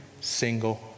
single